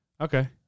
Okay